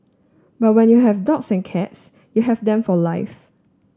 but when you have dogs and cats you have them for life